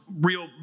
real